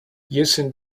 using